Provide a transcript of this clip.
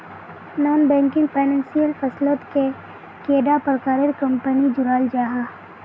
Non banking financial फसलोत कैडा प्रकारेर कंपनी जुराल जाहा?